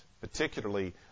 particularly